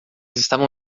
estavam